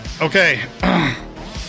Okay